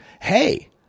Hey